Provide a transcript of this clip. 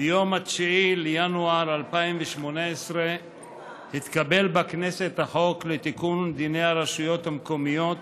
ביום 9 בינואר 2018 התקבל בכנסת החוק לתיקון דיני הרשויות המקומיות